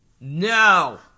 No